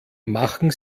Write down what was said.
machen